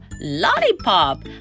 lollipop